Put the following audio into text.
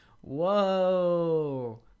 Whoa